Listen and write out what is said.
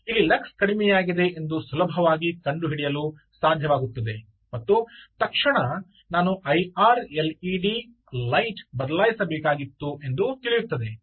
ಇಲ್ಲಿ ಲಕ್ಸ್ ಕಡಿಮೆಯಾಗಿದೆ ಎಂದು ಸುಲಭವಾಗಿ ಕಂಡುಹಿಡಿಯಲು ಸಾಧ್ಯವಾಗುತ್ತದೆ ಮತ್ತು ತಕ್ಷಣ ನಾನು IR L E D light ಬದಲಾಯಿಸಬೇಕಾಗಿತ್ತು ಎಂದು ತಿಳಿಯುತ್ತದೆ